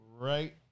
right